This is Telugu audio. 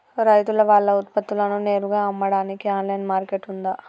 రైతులు వాళ్ల ఉత్పత్తులను నేరుగా అమ్మడానికి ఆన్లైన్ మార్కెట్ ఉందా?